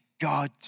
God